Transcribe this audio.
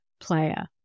player